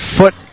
foot